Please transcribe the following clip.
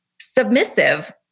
submissive